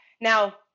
now